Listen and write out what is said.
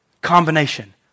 combination